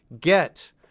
Get